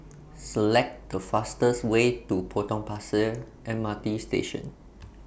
Select The fastest Way to Potong Pasir M R T Station